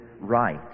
right